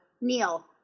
Neil